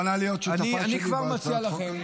את מוכנה להיות שותפה שלי בהצעת החוק הזאת?